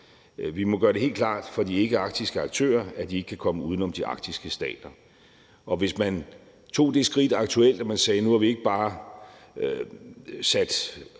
Vi må gøre det helt klart for de ikkearktiske aktører, at de ikke kan komme uden om de arktiske stater. Hvis man aktuelt tog det skridt, at man sagde, at man nu ikke bare har